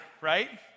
right